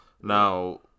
Now